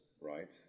right